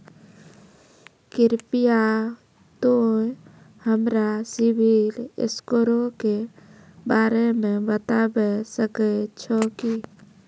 कृपया तोंय हमरा सिविल स्कोरो के बारे मे बताबै सकै छहो कि?